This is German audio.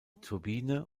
turbine